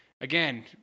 Again